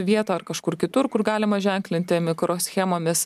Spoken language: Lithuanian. vietą ar kažkur kitur kur galima ženklinti mikroschemomis